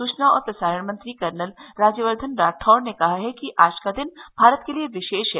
सूचना और प्रसारण मंत्री कर्नल राज्यवर्द्धन राठौड़ ने कहा है कि आज का दिन भारत के लिए विशेष है